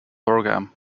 program